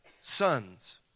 sons